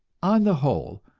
on the whole,